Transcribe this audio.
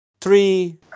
three